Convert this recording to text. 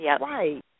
Right